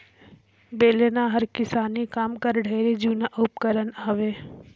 बेलना हर किसानी काम कर ढेरे जूना उपकरन हवे